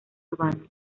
urbano